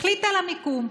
החליטה על המיקום.